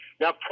Now